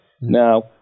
now